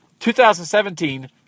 2017